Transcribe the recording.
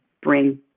bring